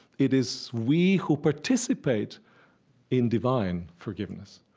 it is we who participate in divine forgiveness.